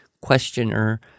questioner